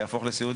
יהפוך לסיעודי.